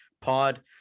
Pod